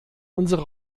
unsere